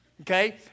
Okay